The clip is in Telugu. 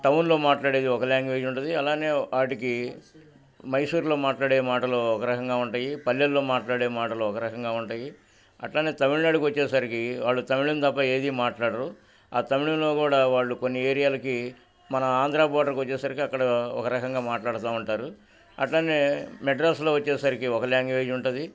టౌన్లో మాట్లాడేది ఒక లాంగ్వేజ్ ఉంటుంది అలానే వాటికి మైసూర్లో మాట్లాడే మాటలో ఒక రకంగా ఉంటాయి పల్లెల్లో మాట్లాడే మాటలు ఒక రకంగా ఉంటాయి అట్లానే తమిళనాడుకి వచ్చేసరికి వాళ్ళు తమిళం తప్ప ఏది మాట్లాడరు ఆ తమిళంలో కూడా వాళ్ళు కొన్ని ఏరియాలకి మన ఆంధ్రా బోర్డర్కి వచ్చేసరికి అక్కడ ఒక రకంగా మాట్లాడుతూ ఉంటారు అట్లానే మద్రాస్లో వచ్చేసరికి ఒక లాంగ్వేజ్ ఉంటుంది